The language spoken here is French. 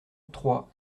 trois